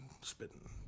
spitting